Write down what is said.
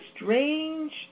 strange